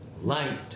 light